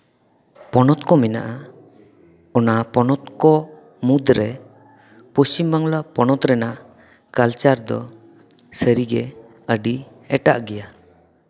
ᱯᱚᱱᱚᱛ ᱠᱚ ᱢᱮᱱᱟᱜᱼᱟ ᱚᱱᱟ ᱯᱚᱱᱚᱛ ᱠᱚ ᱢᱩᱫᱽᱨᱮ ᱯᱚᱥᱪᱷᱤᱢ ᱵᱟᱝᱞᱟ ᱯᱚᱱᱚᱛ ᱨᱮᱱᱟᱜ ᱠᱟᱞᱪᱟᱨ ᱫᱚ ᱥᱟᱹᱨᱤᱜᱮ ᱟᱹᱰᱤ ᱮᱴᱟᱜ ᱜᱮᱭᱟ